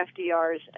FDR's